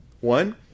One